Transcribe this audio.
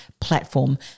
platform